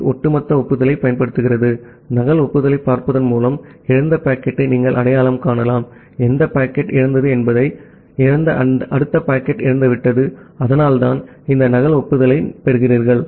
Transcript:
B ஒட்டுமொத்த ஒப்புதலைப் பயன்படுத்துகிறது நகல் ஒப்புதலைப் பார்ப்பதன் மூலம் இழந்த பாக்கெட்டை நீங்கள் அடையாளம் காணலாம் பின் எந்த பாக்கெட் இழந்தது என்பதை அறிந்து அதனால்தான் இந்த நகல் ஒப்புதலைப் பெறுகிறீர்கள்